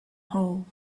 hole